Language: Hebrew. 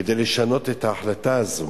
כדי לשנות את ההחלטה הזאת